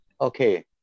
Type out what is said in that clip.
Okay